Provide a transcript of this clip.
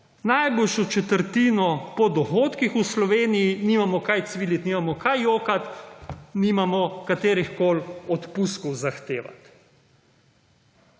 naj boš v četrtino po dohodkih v Sloveniji nimamo kaj cviliti nimamo kaj jokati nimamo katerihkoli odpustkov zahtevati.